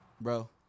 Bro